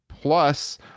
plus